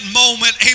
moment